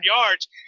yards